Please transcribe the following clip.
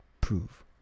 prove